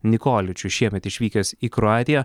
nikoličius šiemet išvykęs į kroatiją